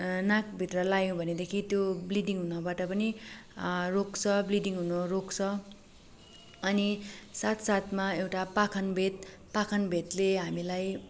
नाकभित्र लायौँ भनेदेखि त्यो ब्लिडिङ हुनबाट पनि रोक्छ ब्लिडिङ हुनु रोक्छ अनि सात सातमा एउटा पाखनबेद पाखनबेदले हामीलाई